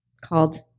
called